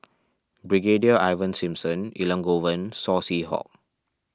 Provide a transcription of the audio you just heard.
Brigadier Ivan Simson Elangovan Saw Swee Hock